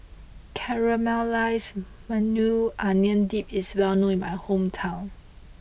Caramelized Maui Onion Dip is well known in my hometown